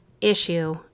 issue